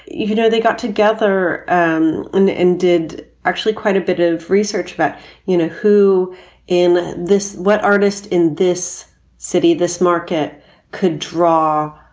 you you know, they got together um and did actually quite a bit of research. but you know, who in this what artist in this city this market could draw,